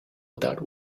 without